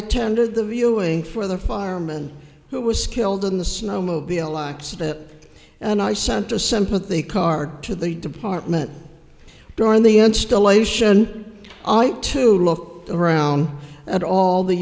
attended the viewing for the firemen who was killed in the snowmobile accident and i sent a sympathy card to the department during the installation to look around at all the